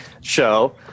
show